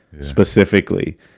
specifically